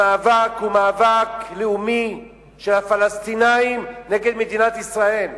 המאבק הוא מאבק לאומי של הפלסטינים נגד מדינת ישראל,